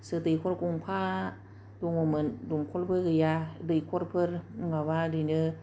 दैखर गंफा दङमोन दंखलबो गैया दैखरफोर माबा ओरैनो